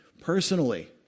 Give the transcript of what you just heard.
personally